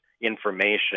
information